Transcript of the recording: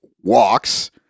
walks